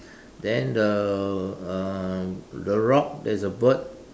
then the uh the rock there's a bird